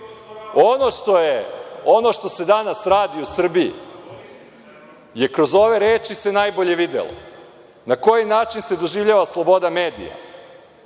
što se danas radi u Srbiji kroz ove reči se najbolje videlo na koji način se doživljava sloboda medija.